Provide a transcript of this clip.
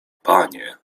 panie